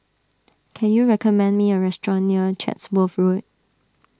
can you recommend me a restaurant near Chatsworth Road